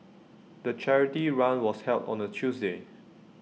the charity run was held on A Tuesday